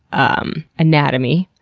um anatomy,